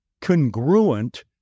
congruent